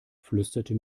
flüsterte